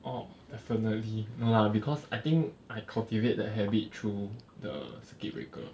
oh definitely no lah because I think I cultivate the habit through the circuit breaker